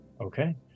Okay